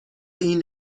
این